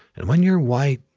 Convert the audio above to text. and when you're white,